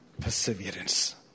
perseverance